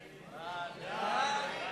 מאיר שטרית, נחמן שי,